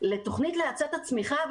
לתוכנית להאצת הצמיחה.